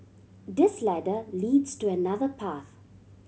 this ladder leads to another path